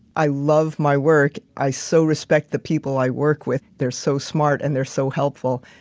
i love my work. i so respect the people i work with. they're so smart, and they're so helpful.